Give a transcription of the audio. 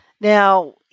Now